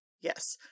Yes